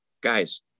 guys